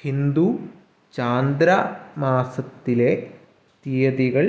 ഹിന്ദു ചാന്ദ്ര മാസത്തിലെ തീയതികൾ